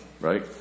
right